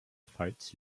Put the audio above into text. pfalz